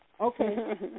Okay